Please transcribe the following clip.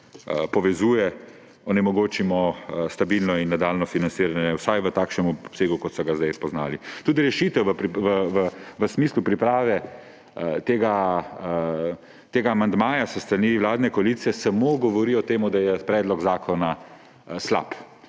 povezuje, onemogočimo stabilno in nadaljnje financiranje, vsaj v takšnem obsegu, kot so ga zdaj poznali. Tudi rešitev v smislu priprave tega amandmaja s strani vladne koalicije samo govori o tem, da je predlog zakona slab.